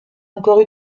encore